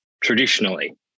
Traditionally